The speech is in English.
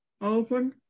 open